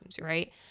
right